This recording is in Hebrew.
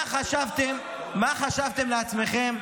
מה חשבתם לעצמכם?